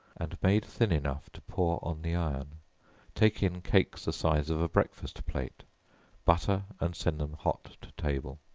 and made thin enough to pour on the iron take in cakes the size of a breakfast plate butter and send them hot to table.